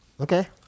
Okay